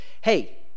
Hey